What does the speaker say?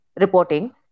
reporting